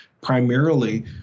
primarily